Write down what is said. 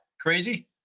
Crazy